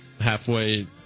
Halfway